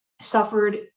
suffered